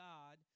God